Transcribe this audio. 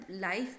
life